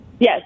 Yes